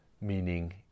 meaning